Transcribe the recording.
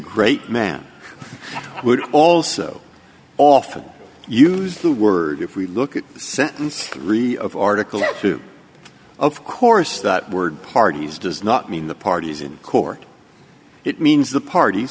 great man would also often use the word if we look at sentence three of article that to of course that word parties does not mean the parties in court it means the parties